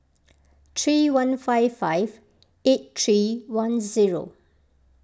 three one five five eight three one zero